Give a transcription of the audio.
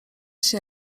się